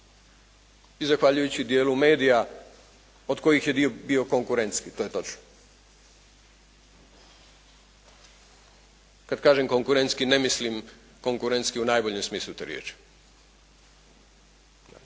i zahvaljujući dijelu medija od kojih je dio bio konkurentski. To je točno. Kad kažem konkurentski ne mislim konkurentski u najboljem smislu te riječi, jer